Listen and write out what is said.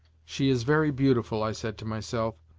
she is very beautiful, i said to myself,